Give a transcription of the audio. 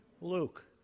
Luke